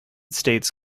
states